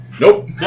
Nope